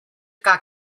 kaa